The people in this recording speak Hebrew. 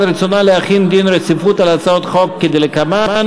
רצונה להחיל דין רציפות על הצעות חוק כדלקמן,